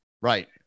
Right